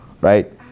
right